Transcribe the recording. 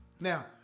Now